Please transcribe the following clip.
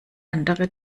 andere